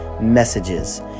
messages